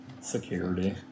Security